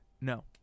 No